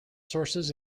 sources